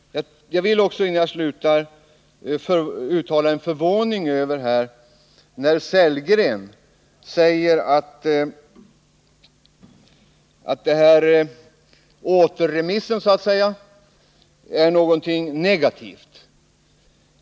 Jag vill också innan jag slutar uttala förvåning över att Rolf Sellgren säger att återremissen är någonting negativt.